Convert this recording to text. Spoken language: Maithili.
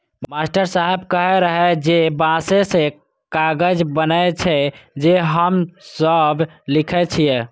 मास्टर साहेब कहै रहै जे बांसे सं कागज बनै छै, जे पर हम सब लिखै छियै